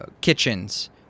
kitchens